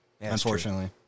Unfortunately